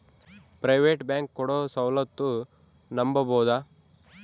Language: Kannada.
ಪ್ರೈವೇಟ್ ಬ್ಯಾಂಕ್ ಕೊಡೊ ಸೌಲತ್ತು ನಂಬಬೋದ?